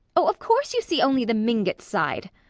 oh, of course you see only the mingott side,